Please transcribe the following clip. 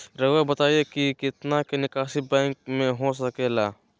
रहुआ बताइं कि कितना के निकासी बैंक से हो सके ला?